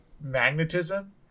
magnetism